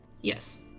yes